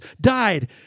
died